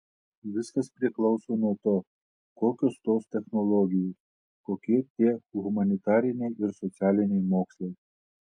viskas priklauso nuo to kokios tos technologijos kokie tie humanitariniai ir socialiniai mokslai